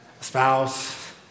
spouse